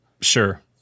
Sure